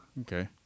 okay